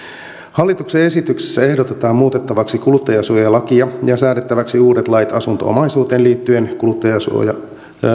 hallituksen esityksessä ehdotetaan muutettavaksi kuluttajansuojalakia ja säädettäväksi uudet lait asunto omaisuuteen liittyvien